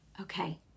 Okay